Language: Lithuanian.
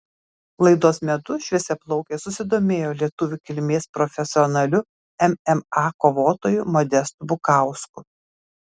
laidos metu šviesiaplaukė susidomėjo lietuvių kilmės profesionaliu mma kovotoju modestu bukausku